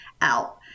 out